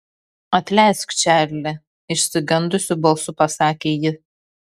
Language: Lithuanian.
atleisk čarli išsigandusi balsu pasakė ji